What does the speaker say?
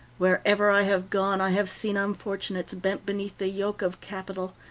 wherever i have gone, i have seen unfortunates bent beneath the yoke of capital.